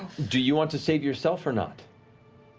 do you want to save yourself or nott?